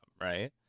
right